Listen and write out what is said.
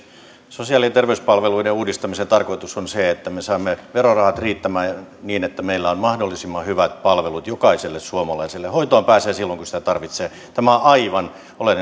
sosiaali ja terveyspalveluiden uudistamisen tarkoitus on se että me saamme verorahat riittämään niin että meillä on mahdollisimman hyvät palvelut jokaiselle suomalaiselle hoitoon pääsee silloin kun sitä tarvitsee tämä on aivan oleellinen